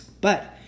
But